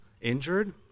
injured